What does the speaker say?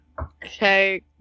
Okay